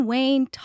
Wayne